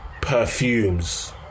Perfumes